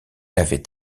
avait